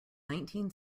nineteen